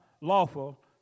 lawful